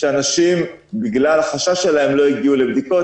שאנשים בגלל חשש שלהם לא הגיעו לבדיקות,